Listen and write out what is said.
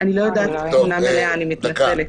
שאני יודעת, יש פער.